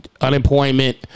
unemployment